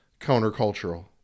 countercultural